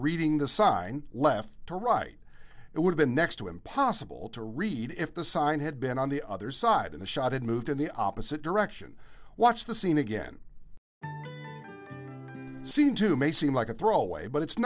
reading the sign left to right it would've been next to impossible to read if the sign had been on the other side of the shot had moved in the opposite direction one the scene again scene two may seem like a throwaway but it's